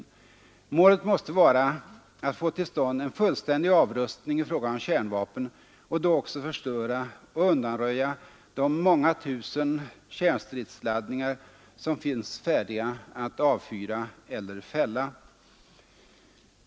Målet måste vara att få till stånd en fullständig avrustning i fråga om kärnvapen och då också förstöra och undanröja de många tusen kärnstridsladdningar som finns färdiga att avfyra eller fälla.